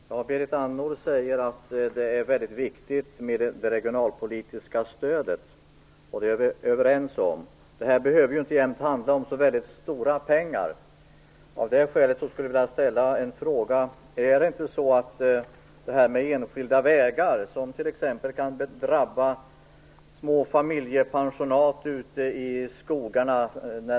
Fru talman! Berit Andnor säger att det är väldigt viktigt med det regionalpolitiska stödet, och det är vi överens om. Det här behöver inte jämt handla om så väldigt stora pengar. Av det skälet skulle jag vilja ställa en fråga. Det här med enskilda vägar kan ju t.ex. drabba små familjepensionat ute i skogarna.